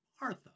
Martha